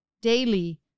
daily